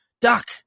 duck